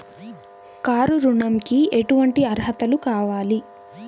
Car ఋణంకి ఎటువంటి అర్హతలు కావాలి?